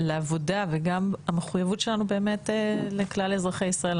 לעבודה וגם המחויבות שלנו לכלל אזרחי ישראל.